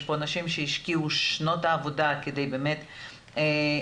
יש פה אנשים שהשקיעו שנות עבודה כדי לבנות תוכניות,